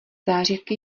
zářivky